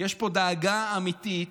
יש פה דאגה אמיתית,